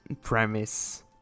premise